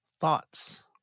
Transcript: thoughts